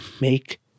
make